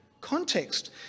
context